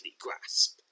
grasp